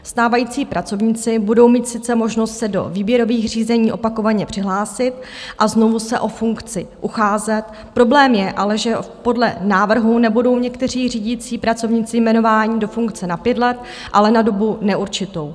Stávající pracovníci budou mít sice možnost se do výběrových řízení opakovaně přihlásit a znovu se o funkci ucházet, problém je ale, že podle návrhu nebudou někteří řídící pracovníci jmenování do funkce na pět let, ale na dobu neurčitou.